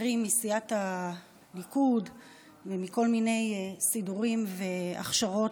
חברים מסיעת הליכוד לכל מיני סידורים והכשרות